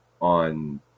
on